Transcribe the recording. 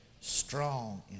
strong